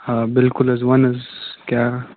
ہاں بِلکُل حظ وَن حظ کیٛاہ